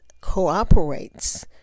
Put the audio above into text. cooperates